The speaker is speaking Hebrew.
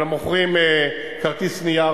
אלא מוכרים כרטיס נייר,